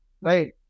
right